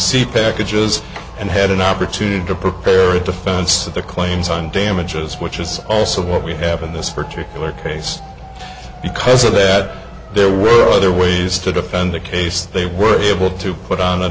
c packages and had an opportunity to prepare a defense of their claims on damages which is also what we have in this particular case because of that there were other ways to defend the case they were able to put on